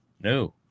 no